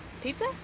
Pizza